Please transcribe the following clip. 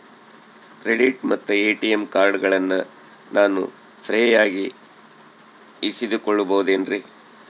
Credit ಮತ್ತ ATM ಕಾರ್ಡಗಳನ್ನ ನಾನು ಫ್ರೇಯಾಗಿ ಇಸಿದುಕೊಳ್ಳಬಹುದೇನ್ರಿ?